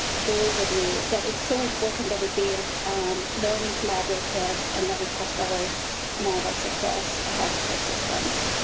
goal with me that it's so important that we build learning collaboratives and that we test our models across health care systems.